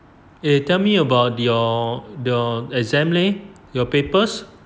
eh tell me about your your exam leh your papers